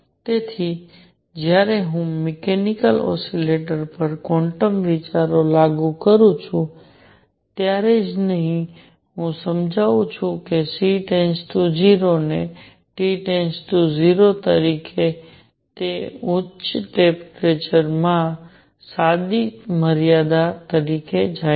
તેથી જ્યારે હું મિકેનીકલ ઓસિલેટર્સ પર ક્વોન્ટમ વિચારો લાગુ કરું છું ત્યારે જ નહીં હું સમજાવું છું કે C → 0 ને T → 0 તરીકે તે ઉચ્ચ ટેમ્પરેચર માં સાચી મર્યાદા સુધી પણ જાય છે